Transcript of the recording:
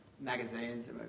Magazines